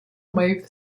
made